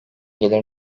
gelir